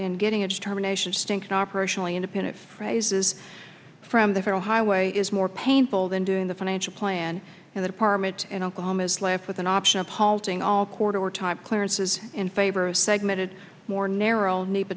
in getting a determination stinks operationally independent phrases from the federal highway is more painful than doing the financial plan and the department in oklahoma is left with an option of halting all quarter type clearances in favor of segmented more narrow n